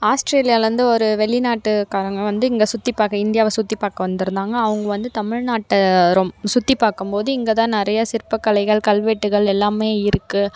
ஆஸ்ட்ரேலியாலேருந்து ஒரு வெளிநாட்டுக்காரவங்க வந்து இங்கே சுற்றிப் பார்க்க இந்தியாவை சுற்றிப் பார்க்க வந்திருந்தாங்க அவங்க வந்து தமிழ்நாட்டை ரொம் சுற்றிப் பார்க்கம்போது இங்கேதான் நிறையா சிற்பக் கலைகள் கல்வெட்டுகள் எல்லாமே இருக்குது